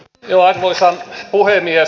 arvoisa puhemies